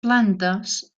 plantes